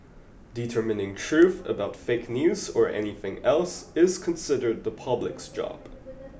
determining truth about fake news or anything else is considered the public's job